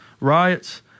riots